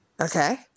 okay